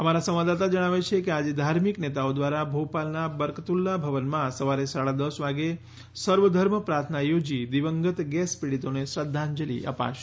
અમારા સંવાદદાતા જણાવે છે કે આજે ધાર્મિક નેતાઓ દ્વારા ભોપાલના બરકતુલ્લા ભવનમાં સવારે સાડા દશ વાગે સર્વધર્મ પ્રાર્થના યોજી દિવંગત ગેસ પીડિતોને શ્રધ્ધાંજલિ અપાશે